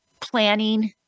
planning